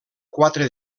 quatre